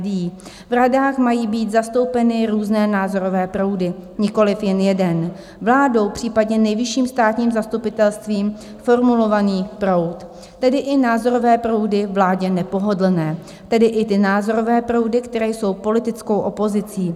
V radách mají být zastoupeny různé názorové proudy, nikoliv jen jeden vládou, případně Nejvyšším státním zastupitelstvím formulovaný proud, tedy i názorové proudy vládě nepohodlné, tedy i názorové proudy, které jsou politickou opozicí.